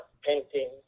painting